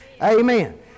Amen